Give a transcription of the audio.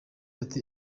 ati